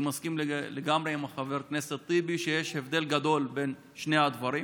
אני מסכים לגמרי עם חבר הכנסת טיבי שיש הבדל גדול בין שני הדברים.